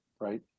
right